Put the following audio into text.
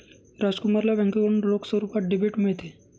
राजकुमारला बँकेकडून रोख स्वरूपात डेबिट मिळते